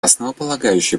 основополагающий